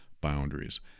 boundaries